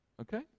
Okay